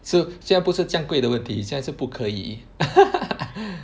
so 现在不是这样贵的问题现在是不可以